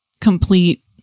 complete